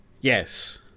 Yes